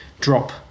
drop